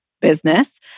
business